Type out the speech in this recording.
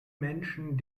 menschen